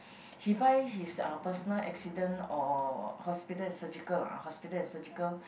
he buy his uh personal accident or hospital and surgical ah hospital and surgical